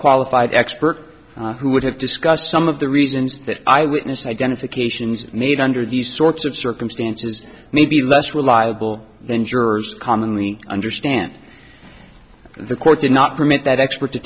qualified expert who would have discussed some of the reasons that eyewitness identifications made under these sorts of circumstances may be less reliable than jurors commonly understand the court did not permit that expert to